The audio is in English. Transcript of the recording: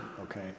okay